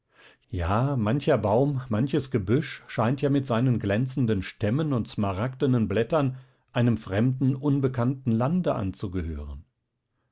ja mancher baum manches gebüsch scheint ja mit seinen glänzenden stämmen und smaragdenen blättern einem fremden unbekannten lande anzugehören